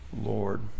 lord